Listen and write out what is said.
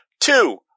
two